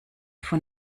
von